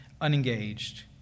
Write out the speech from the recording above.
unengaged